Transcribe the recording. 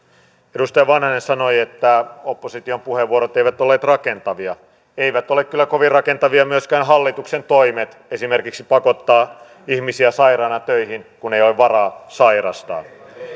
edustaja vanhanen sanoi että opposition puheenvuorot eivät olleet rakentavia eivät ole kyllä kovin rakentavia myöskään hallituksen toimet esimerkiksi pakottaa ihmisiä sairaina töihin kun ei ole varaa sairastaa